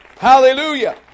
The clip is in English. Hallelujah